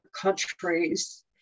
countries